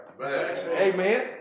Amen